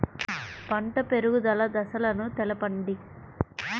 పంట పెరుగుదల దశలను తెలపండి?